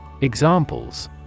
Examples